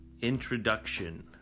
introduction